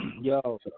yo